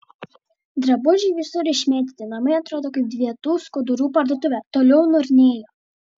drabužiai visur išmėtyti namai atrodo kaip dėvėtų skudurų parduotuvė toliau niurnėjo